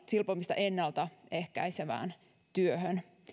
silpomista ennalta ehkäisevään työhön